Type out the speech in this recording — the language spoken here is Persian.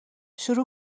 شروع